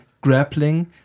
grappling